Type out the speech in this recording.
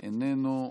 איננו,